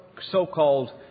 so-called